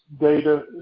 data